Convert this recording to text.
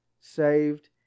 saved